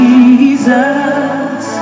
Jesus